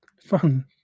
fun